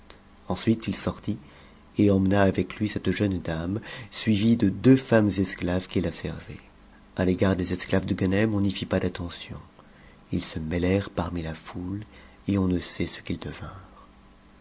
ensuite il sortit et emmena avec lui cette jeune contes arabes ian'e suivie de deux femmes esclaves qui la servaient a t'égarddes octaves de ganem on n'y fit pas d'attention ils se mêlèrent parmi la foule et on ne sait ce qu'ils